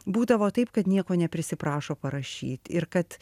būdavo taip kad nieko neprisiprašo parašyt ir kad